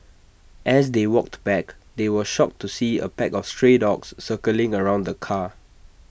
as they walked back they were shocked to see A pack of stray dogs circling around the car